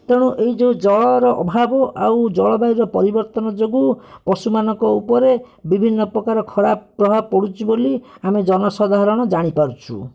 ତେଣୁ ଏଇ ଯେଉଁ ଜଳର ଅଭାବ ଆଉ ଜଳବାୟୁର ପରିବର୍ତ୍ତନ ଯୋଗୁଁ ପଶୁମାନଙ୍କ ଉପରେ ବିଭିନ୍ନପ୍ରକାର ଖରାପ ପ୍ରଭାବ ପଡ଼ୁଛି ବୋଲି ଆମେ ଜନସାଧାରଣ ଜାଣିପାରୁଛୁ